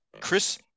Chris